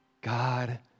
God